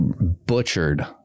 butchered